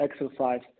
exercise